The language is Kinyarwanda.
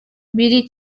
biri